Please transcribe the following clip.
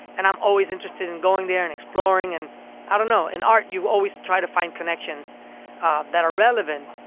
and i'm always interested in going there and exploring and i don't know. in art, you always try to find connections that are relevant,